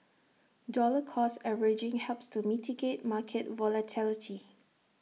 dollar cost averaging helps to mitigate market volatility